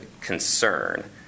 concern